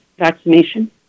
Vaccination